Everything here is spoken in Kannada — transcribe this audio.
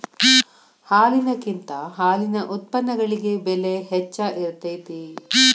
ಹಾಲಿನಕಿಂತ ಹಾಲಿನ ಉತ್ಪನ್ನಗಳಿಗೆ ಬೆಲೆ ಹೆಚ್ಚ ಇರತೆತಿ